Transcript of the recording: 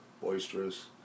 boisterous